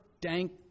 dank